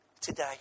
today